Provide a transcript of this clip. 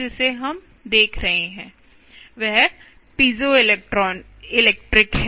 जिसे हम देख रहे हैं वह पीजोइलेक्ट्रिक है